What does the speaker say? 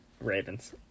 ravens